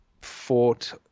fought